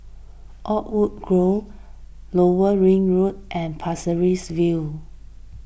Oakwood Grove Lower Ring Road and Pasir Ris View